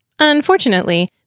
Unfortunately